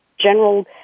general